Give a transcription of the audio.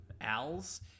Al's